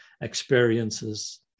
experiences